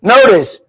Notice